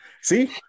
See